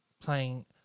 playing